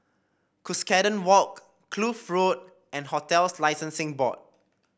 Cuscaden Walk Kloof Road and Hotels Licensing Board